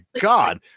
God